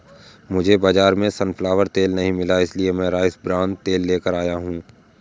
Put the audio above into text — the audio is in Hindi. मुझे बाजार में सनफ्लावर तेल नहीं मिला इसलिए मैं राइस ब्रान तेल लेकर आया हूं